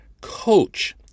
coach